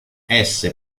esse